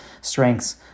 strengths